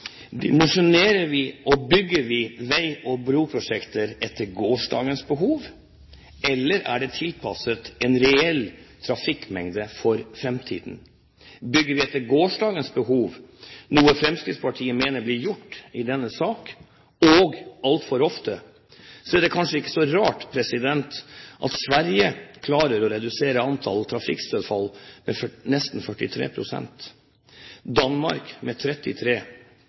Dimensjonerer og bygger vi veg- og broprosjektet etter gårsdagens behov, eller er det tilpasset en reell trafikkmengde for fremtiden? Bygger vi etter gårsdagens behov, noe Fremskrittspartiet mener blir gjort i denne sak og altfor ofte, er det kanskje ikke så rart at Sverige klarer å redusere antallet trafikkdødsfall med nesten 43 pst. og Danmark med 33